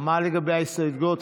מה לגבי ההסתייגויות?